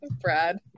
Brad